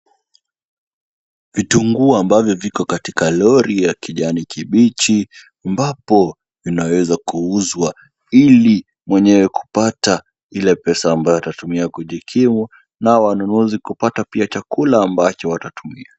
Vitunguu ambavyo viko katika lori ya kijani kibichi, ambapo vinaweza kuuzwa, ili mwenyewe kupata ile pesa ambayo atatumia kujikimu nao wanunuzi kupata pia chakula ambacho watatumia.